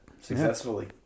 Successfully